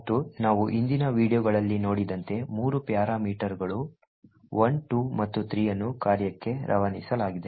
ಮತ್ತು ನಾವು ಹಿಂದಿನ ವೀಡಿಯೋಗಳಲ್ಲಿ ನೋಡಿದಂತೆ ಮೂರು ಪ್ಯಾರಾಮೀಟರ್ಗಳು 1 2 ಮತ್ತು 3 ಅನ್ನು ಕಾರ್ಯಕ್ಕೆ ರವಾನಿಸಲಾಗಿದೆ